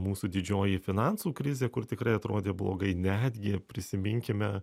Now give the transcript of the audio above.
mūsų didžioji finansų krizė kur tikrai atrodė blogai netgi prisiminkime